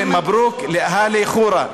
ומברוכ לאהאלי חורה.